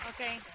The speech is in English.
Okay